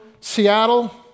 Seattle